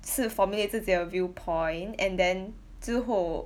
是 formulate 自己的 viewpoint and then 之后